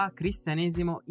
cristianesimo